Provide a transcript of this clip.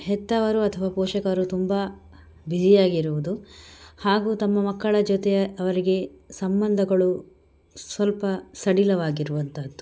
ಹೆತ್ತವರು ಅಥವಾ ಪೋಷಕರು ತುಂಬ ಬಿಝಿ ಆಗಿರುವುದು ಹಾಗು ತಮ್ಮ ಮಕ್ಕಳ ಜೊತೆ ಅವರಿಗೆ ಸಂಬಂಧಗಳು ಸ್ವಲ್ಪ ಸಡಿಲವಾಗಿರುವಂಥದ್ದು